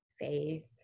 faith